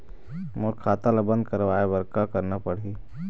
मोर खाता ला बंद करवाए बर का करना पड़ही?